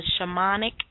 shamanic